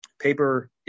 paper